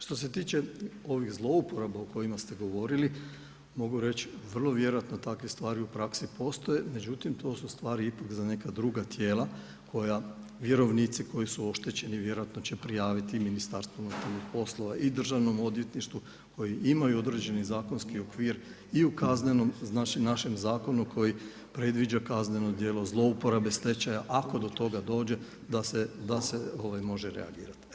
Što se tiče ovih zlouporaba o kojima ste govorili, mogu reći, vrlo vjerojatno takve stvari u praksi postoje, međutim to su stvari za neka druga tijela, koja vjerovnici koji su oštećeni, vjerovatno će prijaviti MUP-u, i Državnom odvjetništvu koji imaju određeni zakonski okvir i u Kaznenom zakonu koji predviđa kazneno djelo zlouporabe stečaja ako do toga dođe da se može reagirati.